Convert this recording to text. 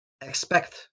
expect